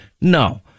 No